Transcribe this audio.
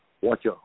watch